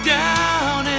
down